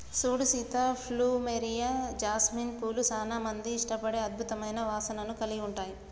సూడు Sita plumeria, jasmine పూలు సానా మంది ఇష్టపడే అద్భుతమైన వాసనను కలిగి ఉంటాయి